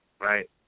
right